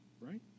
right